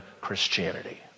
Christianity